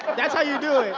that's how you do